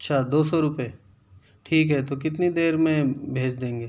اچھا دوسو روپئے ٹھیک ہے تو کتنی دیر میں بھیج دیں گے